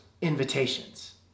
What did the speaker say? invitations